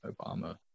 Obama